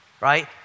Right